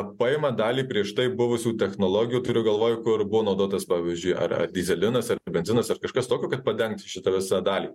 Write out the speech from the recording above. paima dalį prieš tai buvusių technologijų turiu galvoj kur buvo naudotas pavyzdžiui ar dyzelinas ar benzinas ar kažkas tokio kad padengt šitą visą dalį